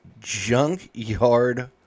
junkyard